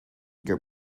your